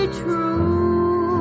true